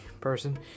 person